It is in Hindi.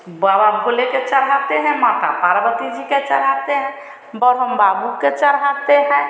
बाबा भोले को चढ़ाते हैं माता पार्वती जी को चढ़ाते हैं ब्रह्म बाबू को चढ़ाते हैं